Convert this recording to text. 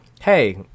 hey